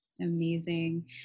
Amazing